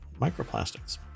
microplastics